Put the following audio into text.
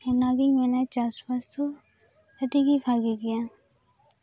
ᱚᱱᱟᱜᱤᱧ ᱢᱮᱱᱟ ᱪᱟᱥ ᱵᱟᱥ ᱫᱚ ᱟᱹᱰᱤ ᱜᱮ ᱵᱷᱟᱜᱮ ᱜᱮᱭᱟ